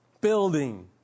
building